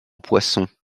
poissons